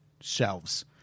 shelves